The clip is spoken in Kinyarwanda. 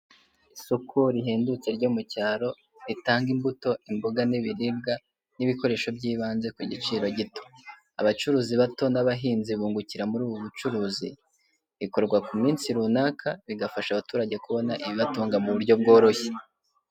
Isoko rihendutse ryo mu cyaro ritanga imbuto imboga n'ibiribwa n'ibikoresho by'ibanze ku giciro gito abacuruzi bato n'abahinzi bungukira muri ubu bucuruzi rikorwa ku minsi runaka rigafasha abaturage kubona ibibatunga mu buryo bworoshye.